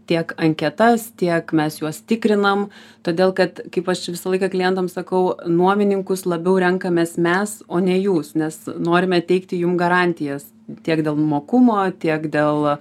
tiek anketas tiek mes juos tikrinam todėl kad kaip aš visą laiką klientam sakau nuomininkus labiau renkamės mes o ne jūs nes norime teikti jum garantijas tiek dėl mokumo tiek dėl